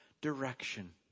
direction